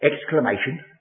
exclamation